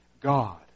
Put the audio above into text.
God